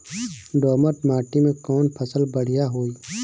दोमट माटी में कौन फसल बढ़ीया होई?